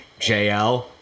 JL